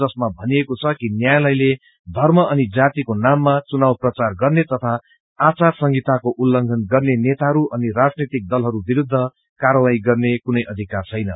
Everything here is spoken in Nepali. जसमा भनिएको छ कि न्यायलयले धर्म अनि जातिको नाममा चुनाव प्रचार गर्ने तथा आचार संहिताको उल्लघंन गर्ने नेताहरू अनि राजनैतिक दलहरू विरूद्व कार्यवाही गर्ने कुनै अधिकर छैन